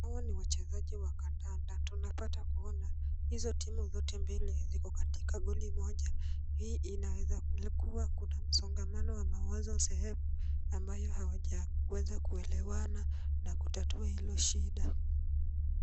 Hawa ni wachezaji wa kandanda. Tunapata kuona hizo timu zote mbili ziko katika kundi moja, hii inaweza kuwa kuna msongamano wa mawazo sehemu ambayo hawajaweza kuelewana na kutatua hiyo shida.